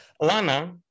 Lana